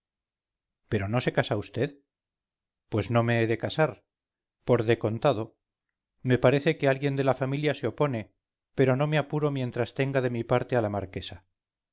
pero no se casa vd pues no me he de casar por de contado me parece que alguien de la familia se opone pero no me apuro mientras tenga de mi parte a la marquesa